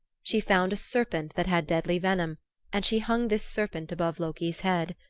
she found a serpent that had deadly venom and she hung this serpent above loki's head.